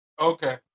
Okay